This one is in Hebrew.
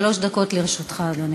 שלוש דקות לרשותך, אדוני.